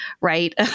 Right